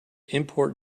import